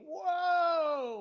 Whoa